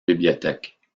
bibliothèque